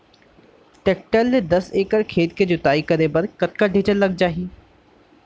Tractor ले दस एकड़ खेत के जुताई करे बर कतका डीजल लग जाही?